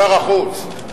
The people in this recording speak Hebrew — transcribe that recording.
שר החוץ,